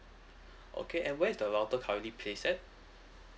okay and where is the router currently placed at